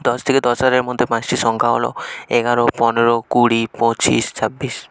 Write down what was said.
দশ থেকে দশ হাজারের মধ্যে পাঁচটি সংখ্যা হলো এগারো পনেরো কুড়ি পঁচিশ ছাব্বিশ